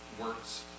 works